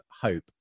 hope